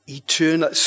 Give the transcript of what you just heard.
eternal